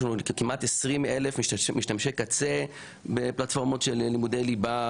יש לנו כמעט 20,000 משתמשי קצה בפלטפורמות של לימודי ליבה